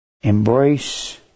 embrace